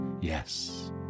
Yes